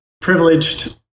privileged